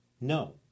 No